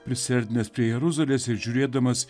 prisiartinęs prie jeruzalės ir žiūrėdamas